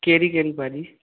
कहिड़ी कहिड़ी भाॼी